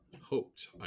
hoped